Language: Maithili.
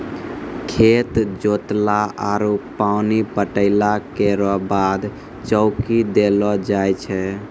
खेत जोतला आरु पानी पटैला केरो बाद चौकी देलो जाय छै?